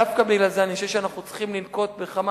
דווקא בגלל זה אני חושב שאנחנו צריכים לנקוט כמה